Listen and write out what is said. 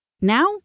Now